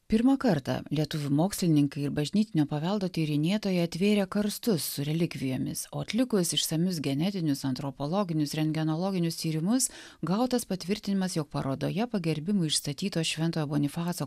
pirmą kartą lietuvių mokslininkai ir bažnytinio paveldo tyrinėtojai atvėrė karstus su relikvijomis o atlikus išsamius genetinius antropologinius rentgenologinius tyrimus gautas patvirtinimas jog parodoje pagerbimui išstatytos šventojo bonifaco